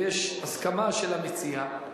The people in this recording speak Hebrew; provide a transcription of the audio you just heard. ויש הסכמה של המציע,